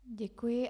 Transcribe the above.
Děkuji.